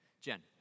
Jen